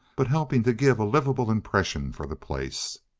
but helping to give a livable impression for the place.